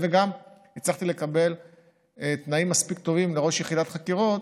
וגם הצלחתי לקבל תנאים מספיק טובים לראש יחידת חקירות,